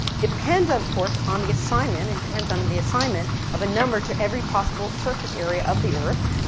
depends of course on the assignment and depends on on the assignment of a number to every possible surface area of the earth.